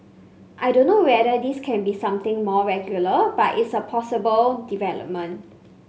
I don't know whether this can be something more regular but it's a possible development